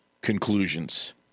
conclusions